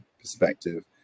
perspective